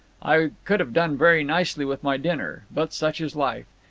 i could have done very nicely with my dinner. but such is life.